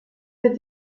wird